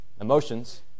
Emotions